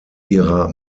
ihrer